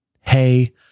hey